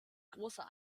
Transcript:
großer